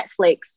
Netflix